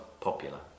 popular